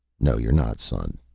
no you're not, son,